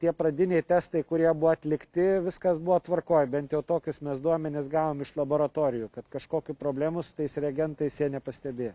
tie pradiniai testai kurie buvo atlikti viskas buvo tvarkoj bent jau tokius mes duomenis gavom iš laboratorijų kad kažkokių problemų su tais reagentais jie nepastebėjo